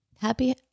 Happy